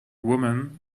woman